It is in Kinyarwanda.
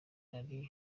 ari